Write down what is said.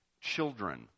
children